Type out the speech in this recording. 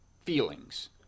feelings